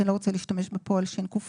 כי אני לא רוצה להשתמש בפועל שק"ר.